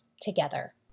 together